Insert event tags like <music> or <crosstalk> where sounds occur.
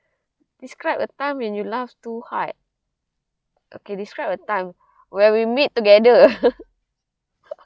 describe a time when you laugh too hard okay describe a time where we meet together <laughs>